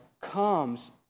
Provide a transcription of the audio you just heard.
comes